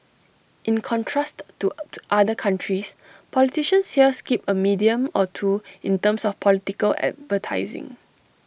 in contrast to other countries politicians here skip A medium or two in terms of political advertising